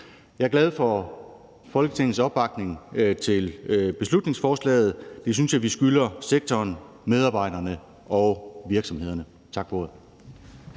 Jeg er glad for Folketingets opbakning til beslutningsforslaget. Det synes jeg vi skylder sektoren, medarbejderne og virksomhederne. Tak for ordet.